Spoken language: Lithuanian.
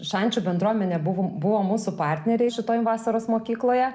šančių bendruomenė buvom buvo mūsų partneriai šitoj vasaros mokykloje